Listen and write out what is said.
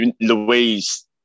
Louise